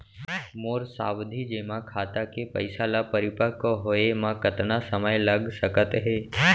मोर सावधि जेमा खाता के पइसा ल परिपक्व होये म कतना समय लग सकत हे?